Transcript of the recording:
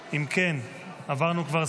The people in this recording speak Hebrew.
3, כנוסח הוועדה.